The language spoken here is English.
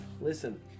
Listen